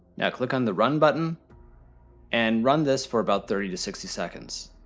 now click on the run button and run this for about thirty to sixty seconds.